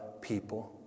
people